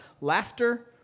laughter